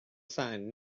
sign